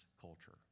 culture